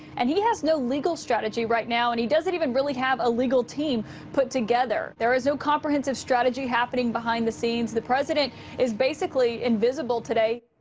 and he has no legal strategy right now, and he doesn't even really have a legal team put together. there is no comprehensive strategy happening behind the scenes. the president is basically invisible today.